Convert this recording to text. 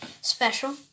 special